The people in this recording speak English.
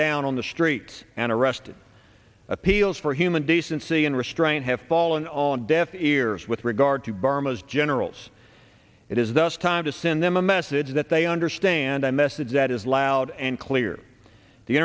down on the streets and arrested appeals for human decency and restraint have fallen on deaf ears with regard to burma's generals it is thus time to send them a message that they understand the message that is loud and clear the